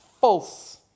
false